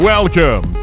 Welcome